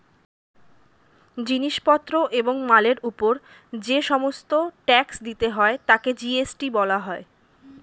জিনিস পত্র এবং মালের উপর যে সমস্ত ট্যাক্স দিতে হয় তাকে জি.এস.টি বলা হয়